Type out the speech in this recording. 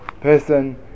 Person